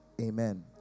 Amen